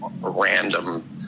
Random